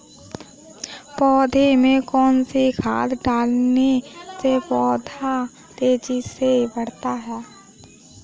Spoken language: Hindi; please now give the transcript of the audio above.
पौधे में कौन सी खाद डालने से पौधा तेजी से बढ़ता है?